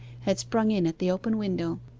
had sprung in at the open window,